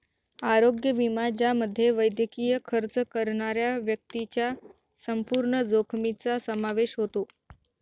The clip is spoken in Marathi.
आरोग्य विमा ज्यामध्ये वैद्यकीय खर्च करणाऱ्या व्यक्तीच्या संपूर्ण जोखमीचा समावेश होतो